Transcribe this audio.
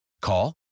Call